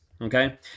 Okay